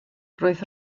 roedd